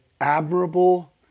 admirable